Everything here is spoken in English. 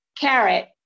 carrot